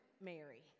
Mary